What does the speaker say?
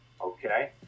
Okay